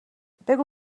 بگو